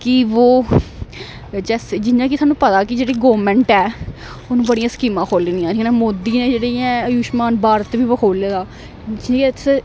कि वो जियां कि सानू पता कि जेह्ड़ी गौरमैंट ऐ हून बड़ियां स्कीमां खोह्ली दियां मोदी न जेह्ड़े इयां आयुष्मान भारत बी खोह्ले दा जिियां